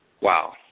Wow